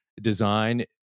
design